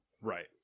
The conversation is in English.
right